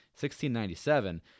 1697